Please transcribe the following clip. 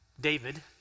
David